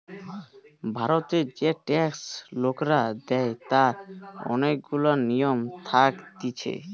ভারতের যে ট্যাক্স লোকরা দেয় তার অনেক গুলা নিয়ম থাকতিছে